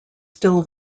still